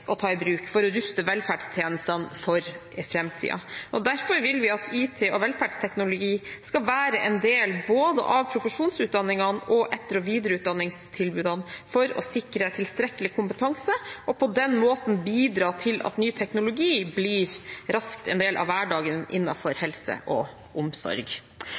å ta i bruk for å ruste velferdstjenestene for framtiden. Derfor vil vi at IT og velferdsteknologi skal være en del av både profesjonsutdanningene og etter- og videreutdanningstilbudene for å sikre tilstrekkelig kompetanse og på den måten bidra til at ny teknologi raskt blir en del av hverdagen innenfor helse og omsorg.